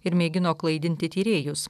ir mėgino klaidinti tyrėjus